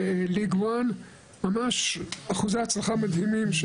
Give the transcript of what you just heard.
ממש אחוזי הצלחה מדהימים.